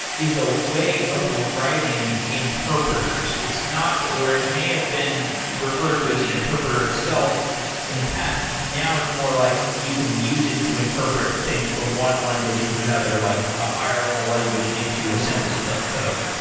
is a way of writing interpreters. it's not or is it may have been referred to as an interpreter itself in the past. now it's more like you can use it to interpret things from one language into another, like a higher level language into assembly code.